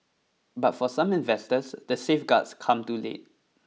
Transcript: but for some investors the safeguards come too late